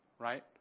right